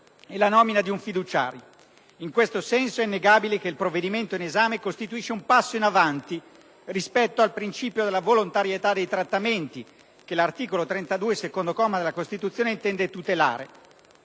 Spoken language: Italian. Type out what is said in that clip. e la nomina di un fiduciario. In questo senso, è innegabile che il provvedimento in esame costituisce un passo in avanti rispetto al principio della volontarietà dei trattamenti, che l'articolo 32, secondo comma, della Costituzione intende tutelare;